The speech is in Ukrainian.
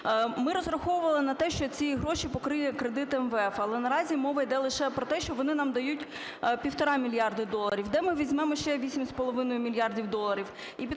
Ми розраховували на те, що ці гроші покриє кредит МВФ. Але наразі мова йде лише про те, що вони нам дають 1,5 мільярда доларів. Де ми візьмемо ще 8,5 мільярдів доларів?